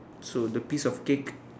so the piece of cake